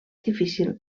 difícil